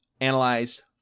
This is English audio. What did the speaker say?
analyzed